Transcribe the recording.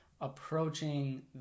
approaching